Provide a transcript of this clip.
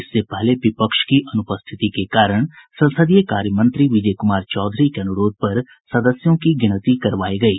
इससे पहले विपक्ष की अनुपस्थिति के कारण संसदीय कार्य मंत्री विजय कुमार चौधरी के अनुरोध पर सदस्यों की गिनती करवायी गयी